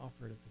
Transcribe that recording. offered